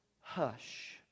hush